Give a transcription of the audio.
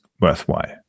worthwhile